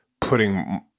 putting